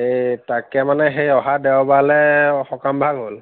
এই তাকে মানে সেই অহা দেওবাৰলৈ সকামভাগ হ'ল